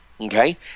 okay